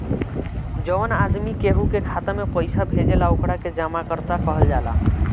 जवन आदमी केहू के खाता में पइसा भेजेला ओकरा के जमाकर्ता कहल जाला